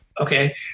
okay